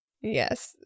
Yes